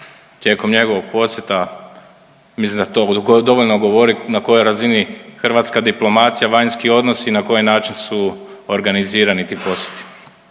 tijekom njegovog posjeta mislim da to dovoljno govori na kojoj razini hrvatska diplomacija, vanjski odnosi i na koji način su organizirani ti posjeti.